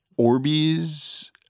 Orbeez